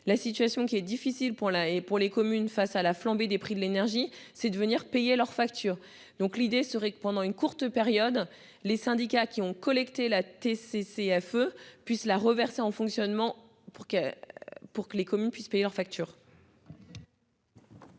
la situation qui est difficile pour la et pour les communes face à la flambée des prix de l'énergie, c'est devenir payer leurs factures. Donc, l'idée serait que pendant une courte période les syndicats qui ont collecté la. CFE-puisse la reverser en fonctionnement pour que pour que les communes puissent payer leurs factures.